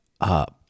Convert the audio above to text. up